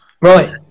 right